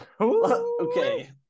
Okay